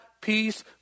peace